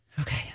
Okay